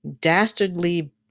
dastardly